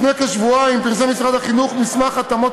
לפני כשבועיים פרסם משרד החינוך מסמך התאמות